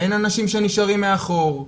אין אנשים שנשארים מאחור,